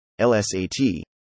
LSAT